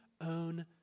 own